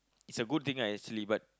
is a good thing lah actually but